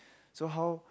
so how